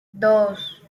dos